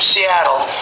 Seattle